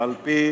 על-פי